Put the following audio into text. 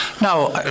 Now